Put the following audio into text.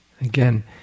Again